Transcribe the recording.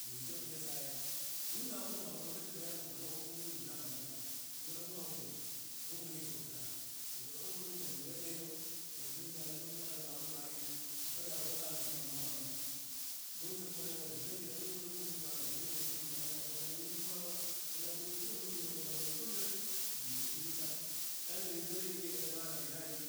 Mwekitsekhu nyasaye, nuung'wakhu ung'wakhu toto shingayanga khung'wa ni vutamanu tawe, ung'wakhu ruti nuumanya shuukholanga. Uvula khung'watsa ukona iweneyo, ukona niinzala nundi vakhali vamuvaire, mukhali akhuvakhaa vushuma mmakhono, nuutsia khumureva inze ndilekhu shikhulia muunzumu vava na ukhuvikhi vushuma mmakhono akhuvolaa ulachile vushuma muunzumu mukolova, kumbe ulile shindu ta. A lelo inzala ilechelele vana vayai,